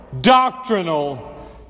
Doctrinal